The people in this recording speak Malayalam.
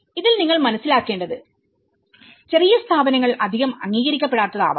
ഇതിൽ നിങ്ങൾ മനസ്സിലാക്കേണ്ടത് ചെറിയ സ്ഥാപനങ്ങൾ അധികം അംഗീകരിക്കപ്പെടാത്തതാവം